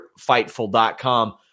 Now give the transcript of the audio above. fightful.com